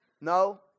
No